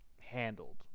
handled